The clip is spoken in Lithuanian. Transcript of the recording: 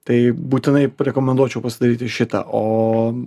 tai būtinai parekomenduočiau pasidaryti šitą o